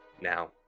Now